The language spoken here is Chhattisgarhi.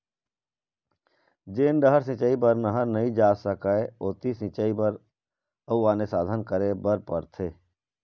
जेन डहर सिंचई बर नहर नइ बनाए जा सकय ओती सिंचई बर अउ आने साधन करे बर परथे